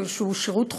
שהוא שירות חובה,